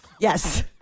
Yes